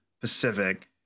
Pacific